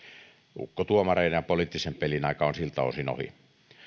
ukkotuomareiden poliittisen pelin aika on siltä osin ohi